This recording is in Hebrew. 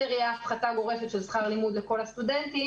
יהיה הפחתה גורפת של שכר הלימוד לכל הסטודנטים.